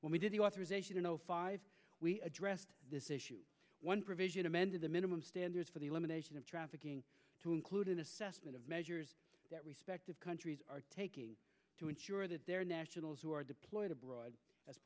when we did the authorization in zero five we addressed this issue one provision amended the minimum standards for the elimination of trafficking to include an assessment of measures that respective countries are taking to ensure that their nationals who are deployed abroad as